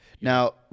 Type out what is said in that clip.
Now